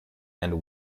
and